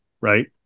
right